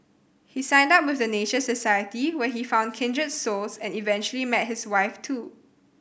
he signed up with the Nature Society where he found kindred souls and eventually met his wife too